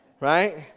Right